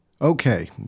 Okay